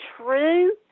true